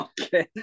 Okay